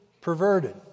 perverted